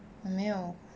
我没有